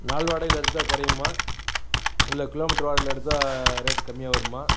நாள் வாடகையில எடுத்தால் குறையுமா இல்லை கிலோ மீட்டர் வாடகையில எடுத்தா ரேட் கம்மியாக வருமா